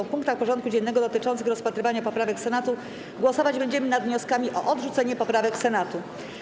W punktach porządku dziennego dotyczących rozpatrywania poprawek Senatu głosować będziemy nad wnioskami o odrzucenie poprawek Senatu.